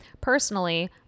Personally